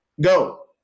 go